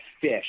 fish